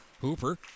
Hooper